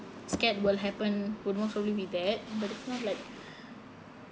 scared will happen would most probably be that but it's not like